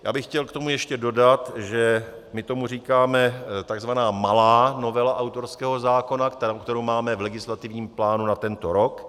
Já bych chtěl k tomu ještě dodat, že my tomu říkáme tzv. malá novela autorského zákona, kterou máme v legislativním plánu na tento rok.